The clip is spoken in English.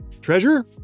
Treasure